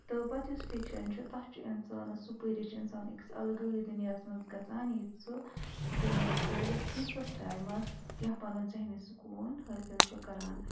تہٕ پَتہٕ یُس فِکشَن چھُ تَتھ چھُ اِنسانَس سُہ پٔرتھ چھُ اِنسان أکِس اَلگٕے دُنیاہَس منٛز گژھان ییٚتہِ سُہ یہِ دُنیا ترٛٲوِتھ کینٛژھَس ٹایمَس کینٛہہ پَنُن ذہنی سکوٗن حٲصِل چھُ کَران